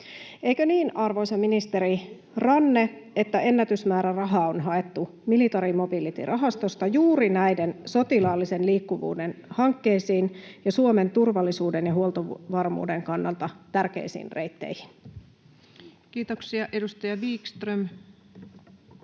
Eikö niin, arvoisa ministeri Ranne, että ennätysmäärä rahaa on haettu military mobility -rahastosta juuri näiden sotilaallisen liikkuvuuden hankkeisiin ja Suomen turvallisuuden ja huoltovarmuuden kannalta tärkeisiin reitteihin? Kiitoksia. — Edustaja Wickström.